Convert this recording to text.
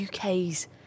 uk's